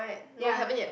ya